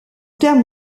terme